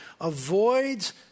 avoids